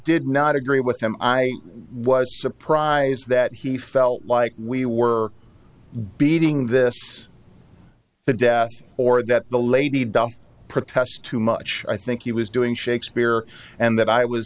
did not agree with him i was surprised that he felt like we were beating this to death or that the lady doth protest too much i think he was doing shakespeare and that i was